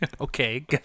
Okay